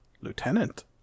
lieutenant